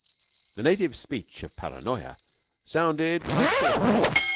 the native speech of paranoya sounded like shorthand,